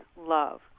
love